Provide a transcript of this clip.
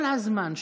כל הזמן,